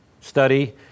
study